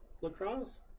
lacrosse